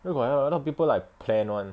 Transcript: where got like that [one] a lot of people like plan [one]